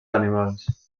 animals